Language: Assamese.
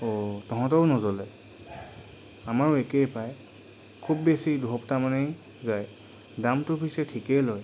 ও তহঁতৰো নজ্বলে আমাৰো একেই পায় খুব বেছি দুসপ্তাহমানেই যায় দামটো পিছে ঠিকেই লয়